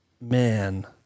Man